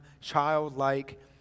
childlike